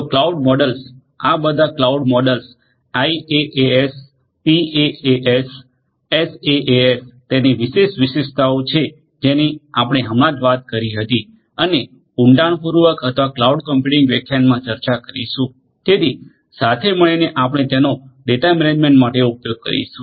તો cloud models આ બધા cloud models IaaS PaaS SaaS તેની વિશેષ વિશેષતાઓ છે જેની આપણે હમણાં જ વાત કરી હતી અને ઉડાણપૂર્વક અથવા ક્લાઉડ કમ્પ્યુટિંગ વ્યાખ્યાનમા ચર્ચા કરીશું તેથી સાથે મળીને આપણે તેનો ડેટા મેનેજમેન્ટ માટે ઉપયોગ કરીશું